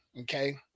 okay